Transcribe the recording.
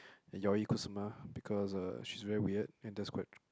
Yayoi-Kusama because uh she's very weird and that's quite